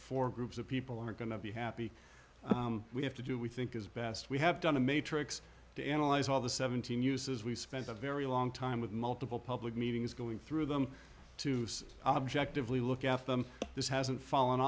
four groups of people are going to be happy we have to do we think is best we have done a matrix to analyze all the seventeen uses we've spent a very long time with multiple public meetings going through them to see objectively look after them this hasn't fall